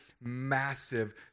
massive